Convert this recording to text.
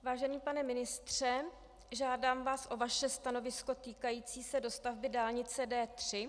Vážený pane ministře, žádám vás o vaše stanovisko týkající se dostavby dálnice D3.